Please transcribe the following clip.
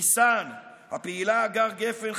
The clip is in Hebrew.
בכיסאן הפעילה הגר גפן,